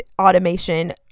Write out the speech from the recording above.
automation